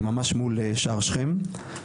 ממש מול שער שכם.